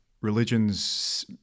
religions